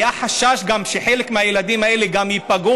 היה גם חשש שחלק מהילדים האלה ייפגעו,